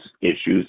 issues